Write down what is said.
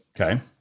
Okay